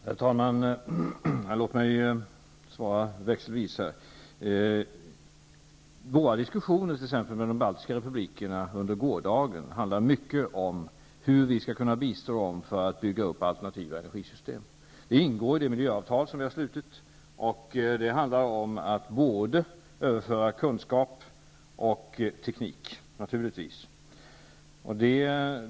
Herr talman! Låt mig svara växelvis. Våra diskussioner med t.ex. de baltiska republikerna under gårdagen handlade mycket om hur vi skall kunna bistå dem för att bygga upp alternativa energisystem. Det ingår i det miljöavtal som vi har slutit. Det handlar naturligtvis om att överföra både kunskap och teknik.